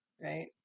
Right